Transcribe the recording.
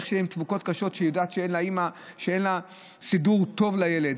איך התפוקות קשות כשהאימא יודעת שאין לה סידור טוב לילד.